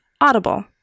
Audible